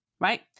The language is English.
Right